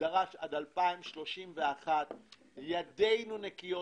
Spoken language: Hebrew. דרש - עד 2031. ידינו נקיות.